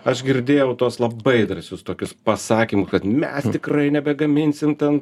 aš girdėjau tuos labai drąsius tokius pasakymus kad mes tikrai nebegaminsim ten